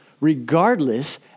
regardless